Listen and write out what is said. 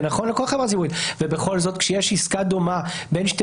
זה נכון לכל חברה ציבורית ובכל זאת כשיש עסקה דומה בין שתי